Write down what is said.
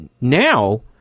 now